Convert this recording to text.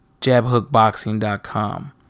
JabHookBoxing.com